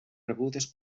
rebudes